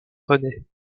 renaît